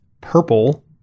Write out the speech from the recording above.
Purple